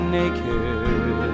naked